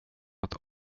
att